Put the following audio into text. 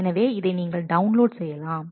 எனவே இதை நீங்கள் டவுன்லோட் செய்யலாம்